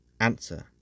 Answer